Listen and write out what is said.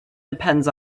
depends